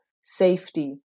safety